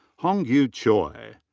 honggu choi.